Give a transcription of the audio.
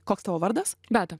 koks tavo vardas beata